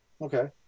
Okay